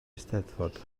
eisteddfod